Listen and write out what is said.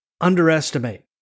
underestimate